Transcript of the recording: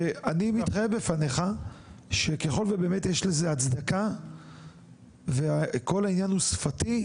ואני מתחייב בפניך שככל ובאמת יש לזה הצדקה וכל העניין הוא שפתי,